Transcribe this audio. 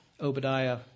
Obadiah